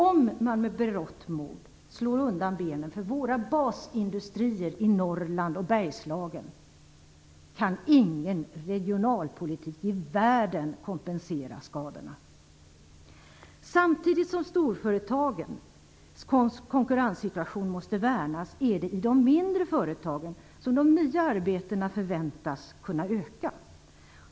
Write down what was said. Om man med berått mod slår undan benen för våra basindustrier i Norrland och Bergslagen kan ingen regionalpolitik i världen kompensera skadorna. Samtidigt som storföretagens konkurrenssituation måste värnas är det i mindre företag som de nya arbetena förväntas kunna öka.